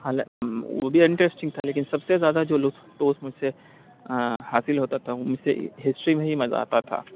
حالاں وہ بھی انٹرسٹنگ تھا لیکن سب سے زیادہ جو لطف اندوز مجھ سے حاصل ہوتا تھا وہ مجھ سے ہسٹری میں ہی مزہ آتا تھا